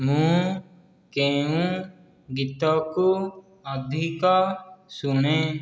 ମୁଁ କେଉଁ ଗୀତକୁ ଅଧିକ ଶୁଣେ